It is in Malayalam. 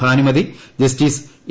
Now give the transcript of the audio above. Bhanumathi justice A